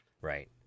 right